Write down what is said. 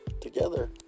together